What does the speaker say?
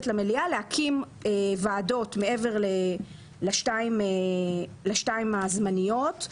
למליאה להקים ועדות מעבר לשתיים הזמניות.